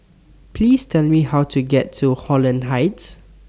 Please Tell Me How to get to Holland Heights